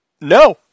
no